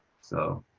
so